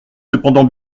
cependant